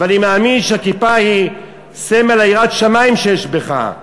ואני מאמין שהכיפה היא סמל ליראת שמים שיש בך,